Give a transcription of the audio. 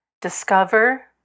discover